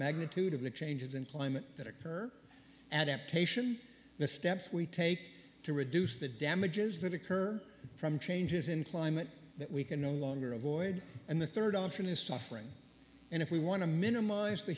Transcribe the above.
magnitude of the changes in climate that occur adaptation the steps we take to reduce the damages that occur from changes in climate that we can no longer avoid and the rd option is suffering and if we want to minimize the